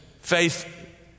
faith